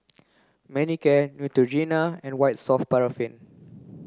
Manicare Neutrogena and White soft paraffin